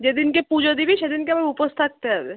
যে দিনকে পুজো দিবি সে দিনকে আবার উপোস থাকতে হবে